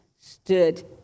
stood